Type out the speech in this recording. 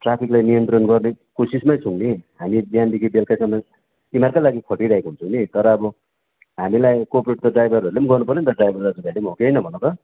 ट्राफिकलाई नियन्त्रण गर्ने कोसिसमै छौँ नि हामी बिहानदेखि बेलुकैसम्म तिमीहरूकै लागि खटिरहेको हुन्छौँ नि तर अब हामीलाई कोअपरेट त ड्राइभरहरूले पनि गर्नु पऱ्यो नि त ड्राइभर दाजु भाइले पनि हो कि होइन भन त